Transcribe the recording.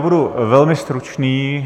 Budu velmi stručný.